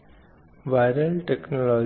इसलिए हाल ही में एक प्रवृत्ति जो किसी को सिर्फ टीवी वगैरह में विज्ञापनों के संबंध में एक उदाहरण देखने के लिए मिल सकती है जिस तरह से वे अब इन बाधाओं को तोड़ने की कोशिश करते हैं जो पुरुषों और महिलाओं के बीच है इसलिए शायद एक कार्यकारी महिला जो कामकाजी है एक आदमी जो एक घर का रखवाला वगैरह की भूमिका को अगुआई करने की कोशिश कर रहा है दिखाते हैं और इस तरह कहीं न कहीं पुरुष और महिला को समानता की स्थिति में लाने की कोशिश